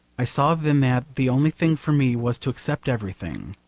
i saw then that the only thing for me was to accept everything.